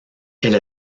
elle